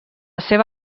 seva